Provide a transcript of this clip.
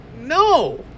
no